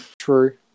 True